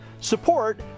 support